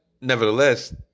nevertheless